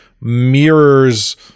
mirrors